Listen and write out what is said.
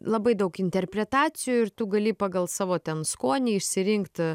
labai daug interpretacijų ir tu gali pagal savo ten skonį išsirinkt